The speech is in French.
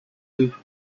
deux